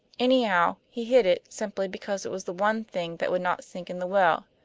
anyhow, he hid it, simply because it was the one thing that would not sink in the well.